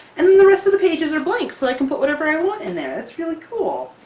and then the rest of the pages are blank, so i can put whatever i want in there! it's really cool!